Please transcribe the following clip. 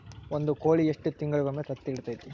ಒಂದ್ ಕೋಳಿ ಎಷ್ಟ ತಿಂಗಳಿಗೊಮ್ಮೆ ತತ್ತಿ ಇಡತೈತಿ?